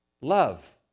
love